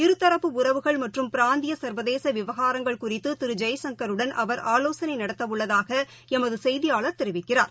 இருதரப்பு உறவுகள் மற்றும் பிராந்திய சர்வதேசவிவகாரங்கள் குறித்துதிருஜெய்சங்கருடன் அவர் ஆலோசனைநடத்தஉள்ளதாகளமதுசெய்தியாளர் தெரிவிக்கிறார்